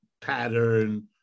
pattern